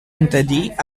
interdit